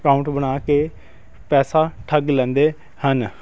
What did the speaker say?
account ਬਣਾ ਕੇ ਪੈਸਾ ਠੱਗ ਲੈਂਦੇ ਹਨ